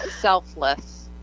selfless